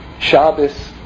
Shabbos